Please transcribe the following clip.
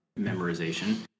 memorization